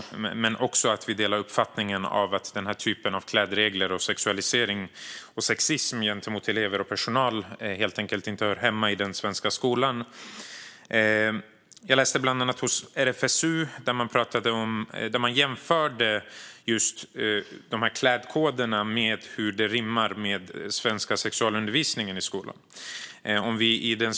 Vi delar också uppfattningen att den här typen av klädregler, sexualisering och sexism gentemot elever och personal helt enkelt inte hör hemma i den svenska skolan. Jag läste bland annat hos RFSU där man jämförde hur klädkoderna rimmar med sexualundervisningen i den svenska skolan.